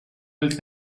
del